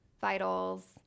vitals